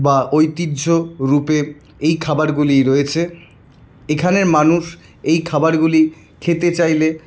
বা ঐতিহ্যরূপে এই খাবারগুলি রয়েছে এখানের মানুষ এই খাবারগুলি খেতে চাইলে